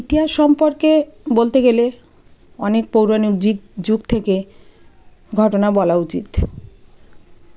ইতিহাস সম্পর্কে বলতে গেলে অনেক পৌরাণিক যিগ যুগ থেকে ঘটনা বলা উচিত